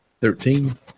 Thirteen